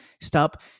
Stop